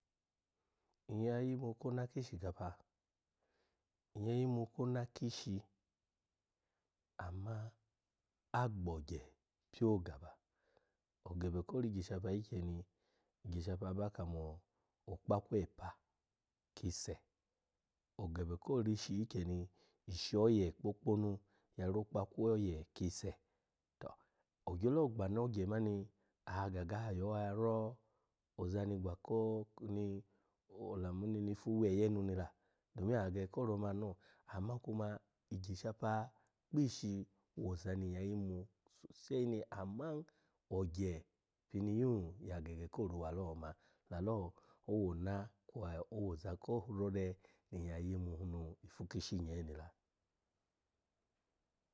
Nyya yimu kona kishikapa, nyya yimu kona kishi, anna agbo ogye pyo gaba ogebe ko ri igishapa ikyeni, igyishapa, aba kamo okpakwu epa ki se, ogebe ko rishi ikyeni, ishi oye kpokponu ya ro ya ro okpakwu oye ki se, to, ogyolo gbano ogye mani, agaga yo aro ozani gba ko ni olamuni oza nu fu weye nu ni la domin agege ko ro aman no, ama kuma igyishapa, kpi ishi woza ni nyya ya gege ko ruwa lo oma, lalo owo ono kwe owoza ko rore nyya yimu nu ifu kishi nyee ni la.